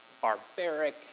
barbaric